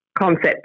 concept